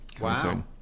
Wow